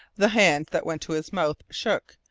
the hand that went to his mouth shook,